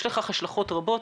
יש לכך השלכות רבות,